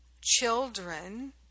children